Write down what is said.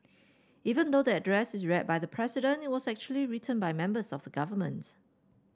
even though the address is read by the President it was actually written by members of government